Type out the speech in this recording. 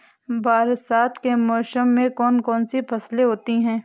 बरसात के मौसम में कौन कौन सी फसलें होती हैं?